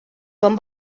van